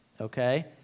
okay